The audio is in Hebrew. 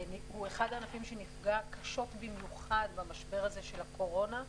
הוא אחד הענפים שנפגע קשות במיוחד במשבר הזה של הקורונה.